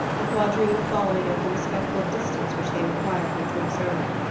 the quadroon following at the respectful distance which they required her to observe.